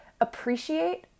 appreciate